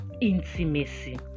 intimacy